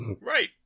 Right